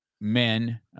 men